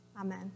Amen